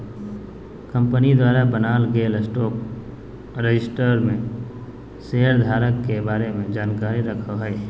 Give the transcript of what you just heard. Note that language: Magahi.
कंपनी द्वारा बनाल गेल स्टॉक रजिस्टर में शेयर धारक के बारे में जानकारी रखय हइ